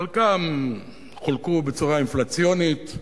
חלקם חולקו בצורה אינפלציונית.